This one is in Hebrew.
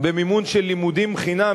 במימון של לימודים חינם,